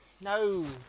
No